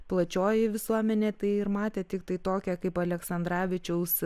plačioji visuomenė tai ir matė tiktai tokią kaip aleksandravičiaus